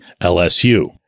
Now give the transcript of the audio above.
LSU